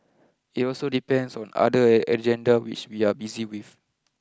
it also depends on other agenda which we are busy with